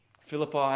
Philippi